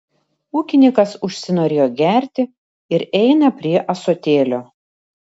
ūkininkas užsinorėjo gerti ir eina prie ąsotėlio